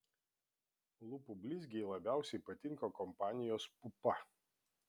lūpų blizgiai labiausiai patinka kompanijos pupa